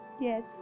Yes